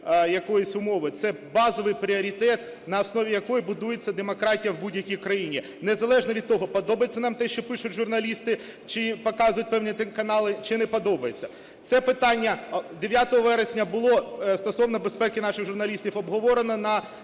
якоюсь умовою, це базовий пріоритет на основі якого будується демократія в будь-якій країні, незалежно від того, подобається нам те, що пишуть журналісти чи показують певні телеканали, чи не подобається. Це питання 9 вересня було стосовно безпеки наших журналістів, обговорено на